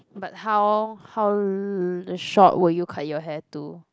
but how how short will you cut your hair to